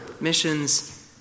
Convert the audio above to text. missions